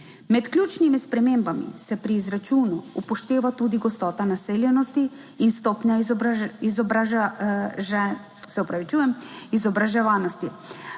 Med ključnimi spremembami se pri izračunu upošteva tudi gostota naseljenosti in stopnja izobraževanosti.